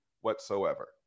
whatsoever